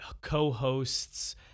co-hosts